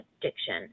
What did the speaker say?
addiction